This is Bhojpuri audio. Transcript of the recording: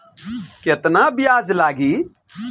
केतना ब्याज लागी?